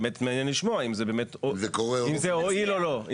באמת מעניין לשמוע אם זה הועיל או לא.